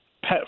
pet